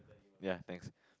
ya thanks